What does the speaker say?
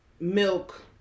Milk